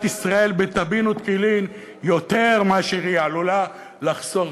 ישראל בטבין ותקילין יותר מאשר הוא עשוי לחסוך,